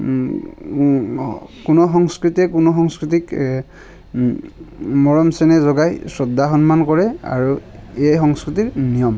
কোনো সংস্কৃতিয়ে কোনো সংস্কৃতিক মৰম চেনেহ জগাই শ্ৰদ্ধা সন্মান কৰে আৰু এয়ে সংস্কৃতিৰ নিয়ম